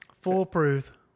foolproof